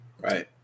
Right